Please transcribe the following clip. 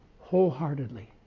wholeheartedly